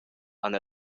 han